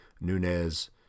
Nunez